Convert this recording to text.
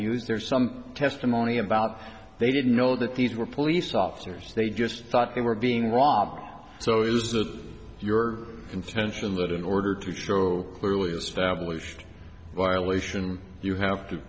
used there's some testimony about they didn't know that these were police officers they just thought they were being wrong so is that your contention that in order to show clearly established violation you have to